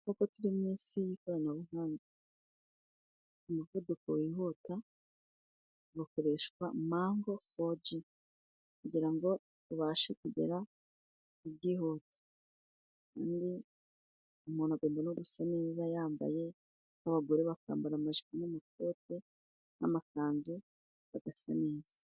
Kuko turi mu isi y'ikoranabuhanga umuvuduko wihuta bakoreshwa mango foji kugira ngo ubashe kugera ku bwihude umuntu agomba no gu gusa neza yambaye nk'abagore bakambara amajipo n'amakote n'amakanzu bagasa neza.